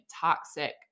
toxic